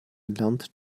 lernt